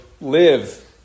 live